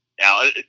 Now